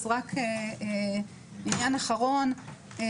עניין אחרון,